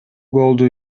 голду